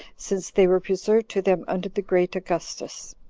since they were preserved to them under the great augustus.